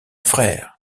frère